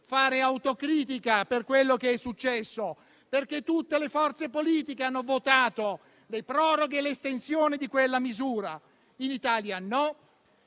fare autocritica per quello che è successo. Tutte le forze politiche hanno votato le proroghe e l'estensione di quella misura. In Italia no: